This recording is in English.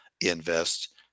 invest